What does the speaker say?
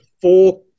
four